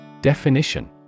Definition